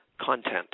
content